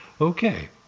Okay